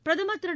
பிரதமர் திரு